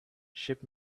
ship